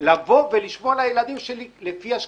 אני מתכבד לפתוח את הוועדה המשותפת